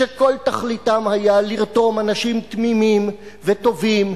כשכל תכליתם היתה לרתום אנשים תמימים וטובים,